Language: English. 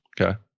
Okay